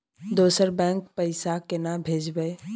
दोसर बैंक पैसा केना भेजबै?